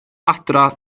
adre